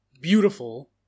beautiful